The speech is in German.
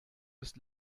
ist